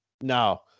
No